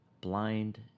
blind